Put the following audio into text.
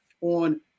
on